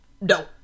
no